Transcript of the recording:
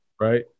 right